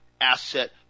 asset